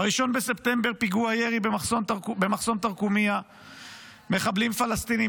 ב-1 בספטמבר פיגוע ירי במחסום תרקומיא, מחבלים פלסטינים